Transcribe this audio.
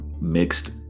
mixed